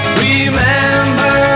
remember